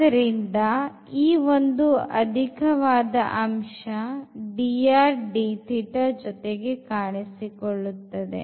ಆದ್ದರಿಂದ ಈ ಒಂದು ಅಧಿಕವಾದ ಅಂಶ drdθ ಜೊತೆಗೆ ಕಾಣಿಸಿಕೊಳ್ಳುತ್ತದೆ